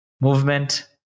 movement